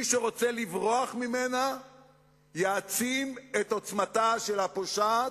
מי שרוצה לברוח ממנה יעצים את עוצמתה של ה"פושעת"